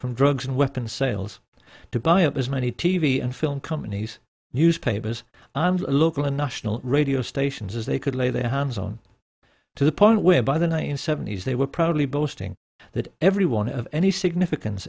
from drugs and weapons sales to buy up as many t v and film companies newspapers and local and national radio stations as they could lay their hands on to the point where by the name seventies they were probably boasting that everyone of any significance